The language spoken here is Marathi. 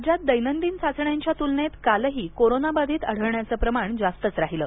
राज्यात दैनंदिन चाचण्यांच्या तुलनेत कालही कोरोनाबाधित आढळण्याचं प्रमाण जास्तच राहिलं